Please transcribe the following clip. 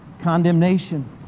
condemnation